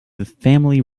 family